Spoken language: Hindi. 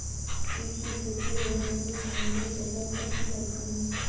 सीप की खेती रोम इटली समुंद्री जगह पर की जाती है